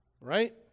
right